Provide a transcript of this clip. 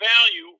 value